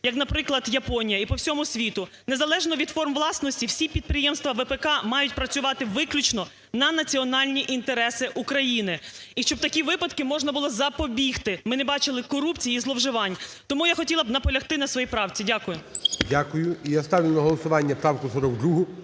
як, наприклад, Японія і по всьому світу. Незалежно від форм власності, всі підприємства ВПК мають працювати виключно на національні інтереси України. І щоб такі випадки можна було запобігти, ми не бачили корупції і зловживань, тому я хотіла б наполягти на своїй правці. Дякую. ГОЛОВУЮЧИЙ. Дякую. І я ставлю на голосування правку 42,